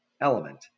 element